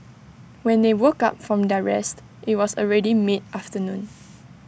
when they woke up from their rest IT was already mid afternoon